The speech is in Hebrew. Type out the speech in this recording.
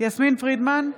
יסמין פרידמן,